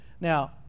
now